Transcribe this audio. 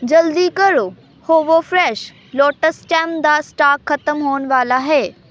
ਜਲਦੀ ਕਰੋ ਹੋਵੋ ਫਰੈਸ਼ ਲੋਟਸ ਸਟੈਮ ਦਾ ਸਟਾਕ ਖਤਮ ਹੋਣ ਵਾਲਾ ਹੈ